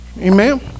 Amen